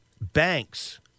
Banks